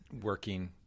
working